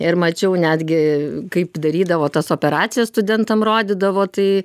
ir mačiau netgi kaip darydavo tas operacijas studentam rodydavo tai